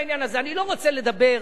הרי הכול בנוי על מועצות דתיות.